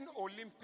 Olympic